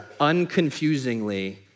unconfusingly